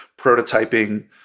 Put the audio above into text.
prototyping